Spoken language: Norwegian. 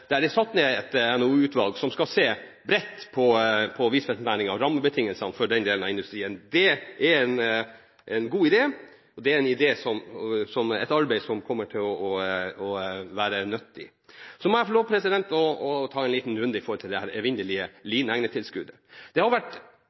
er satt ned et NOU-utvalg som skal se bredt på hvitfisknæringen og rammebetingelsene for den delen av industrien. Det er en god idé, og det er et arbeid som kommer til å være nyttig. Så må jeg få lov til å ta en liten runde om dette evinnelige lineegnetilskuddet. Det har vært